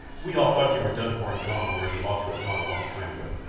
we all thought you were done for and gone where you ought to have gone a long time ago.